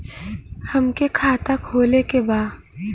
हमके खाता खोले के बा?